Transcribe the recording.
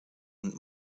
und